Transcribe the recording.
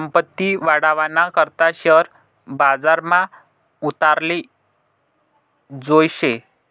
संपत्ती वाढावाना करता शेअर बजारमा उतराले जोयजे